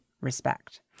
respect